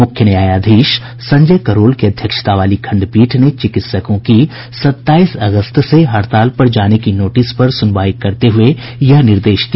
मुख्य न्यायाधीश संजय करोल की अध्यक्षता वाली खंडपीठ ने चिकित्सकों की सत्ताईस अगस्त से हड़ताल पर जाने की नोटिस पर सुनवाई करते हुए यह निर्देश दिया